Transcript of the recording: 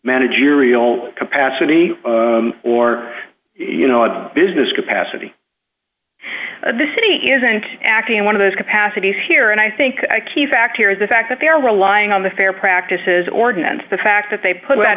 managerial capacity or business capacity this city isn't acting in one of those capacities here and i think a key factor is the fact that they're relying on the fair practices ordinance the fact that they put